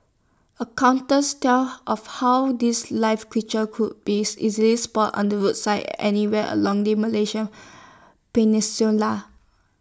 tell of how these live creatures could be easily spotted on the roadside anywhere along the Malaysian peninsula